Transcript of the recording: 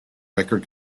record